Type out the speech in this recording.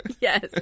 Yes